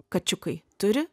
kačiukai turi